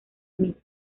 mismo